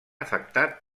afectat